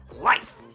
life